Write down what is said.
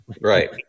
Right